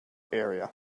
area